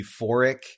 euphoric